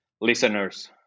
listeners